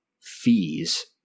fees